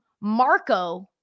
Marco